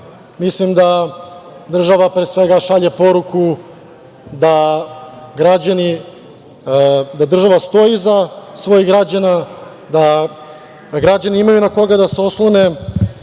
vakcina, da država pre svega šalje poruku da država stoji iza svojih građana, da građani imaju na koga da se oslone